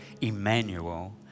Emmanuel